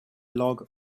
log